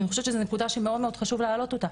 אני חושבת שזו נקודה שמאוד מאוד חשוב להעלות אותה.